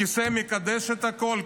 כיסא מקדש את הכול?